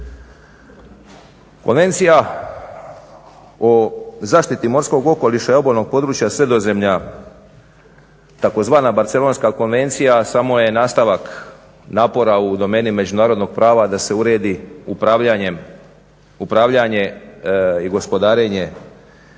Konvencija o zaštiti morskog okoliša i obalnog područja Sredozemlja tzv. Barcelonska konvencija samo je nastavak napora u domeni međunarodnog prava da se uredi upravljanje i gospodarenje